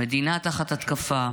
המדינה תחת התקפה,